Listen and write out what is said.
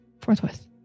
forthwith